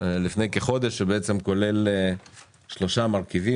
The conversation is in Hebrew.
כולל שלושה מרכיבים.